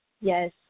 Yes